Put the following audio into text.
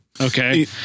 Okay